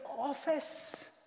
office